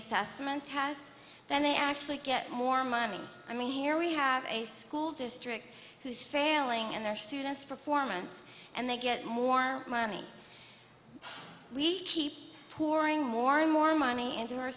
assessment test then they actually get more money i mean here we have a school district who is failing in their students performance and they get more money we keep pouring more and more money into our